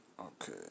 Okay